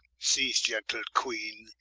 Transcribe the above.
cease, gentle queene,